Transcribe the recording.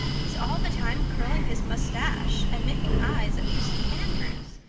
he's all the time curling his mustache and making eyes at prissy andrews.